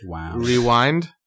rewind